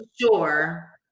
sure